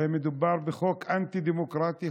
הרי מדובר בחוק אנטי-דמוקרטי,